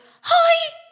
hi